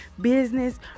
business